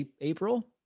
April